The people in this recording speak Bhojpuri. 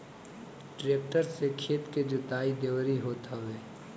टेक्टर से खेत के जोताई, दवरी होत हवे